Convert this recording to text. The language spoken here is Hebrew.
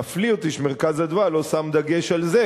מפליא אותי ש"מרכז אדוה" לא שם דגש על זה,